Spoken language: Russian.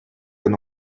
оно